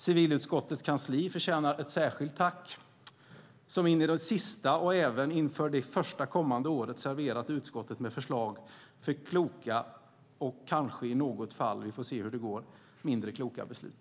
Civilutskottets kansli förtjänar ett särskilt tack som in i det sista och även inför det kommande året serverat utskottet med underlag för kloka och kanske i något fall - vi får se hur det går - mindre kloka beslut.